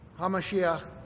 HaMashiach